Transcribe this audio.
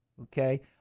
Okay